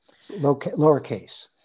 lowercase